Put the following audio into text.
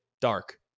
dark